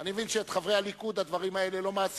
אני מבין שאת חברי הליכוד הדברים האלה לא מעסיקים,